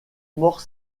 morts